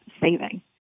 saving